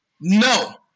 No